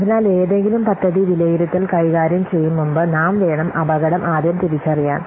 അതിനാൽ ഏതെങ്കിലും പദ്ധതി വിലയിരുത്തൽ കൈകാര്യം ചെയ്യും മുമ്പ് നാം വേണം അപകടം ആദ്യം തിരിച്ചറിയാൻ